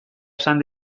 esan